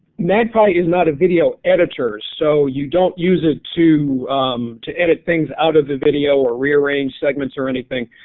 magpie is not a video editor so you don't use it to to edit things out of the video or rearrange segments or anything.